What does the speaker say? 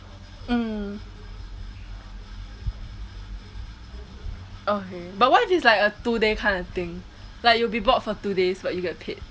mm okay but what if it's like a two day kinda thing like you'll be bored for two days but you get paid